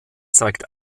zeigt